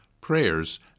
prayers